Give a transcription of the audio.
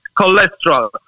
cholesterol